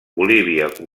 bolívia